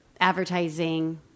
advertising